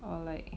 or like